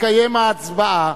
תתקיים ההצבעה.